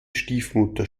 stiefmutter